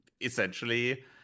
essentially